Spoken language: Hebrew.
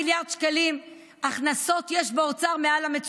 הם גם לא מספרים לכם ש-32 מיליארד שקלים הכנסות יש באוצר מעל המצופה.